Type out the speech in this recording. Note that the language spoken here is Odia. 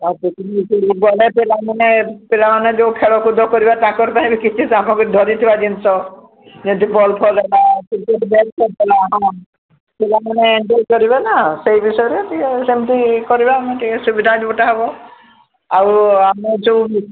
ଆ ସେଠିକି ଗଲେ ପିଲାମାନେ ପିଲାମାନେ ଯେଉଁ ଖେଳକୁଦ କରିବେ ତାଙ୍କ ପାଇଁ କିଛି ଆମକୁ ଧରିଥିବା ଜିନିଷ ଯେମିତି ବଲ୍ ଫଲ୍ କ୍ରିକେଟ୍ ବଲ୍ ତ ଭଲ ହେବ ପିଲାମାନେ ସେଇ ବିଷୟରେ ଟିକେ ସେମିତି କରିବା ସୁବିଧା ଯୋଉଟା ହେବ ଆଉ ଆମ ଯୋଉ